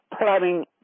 planning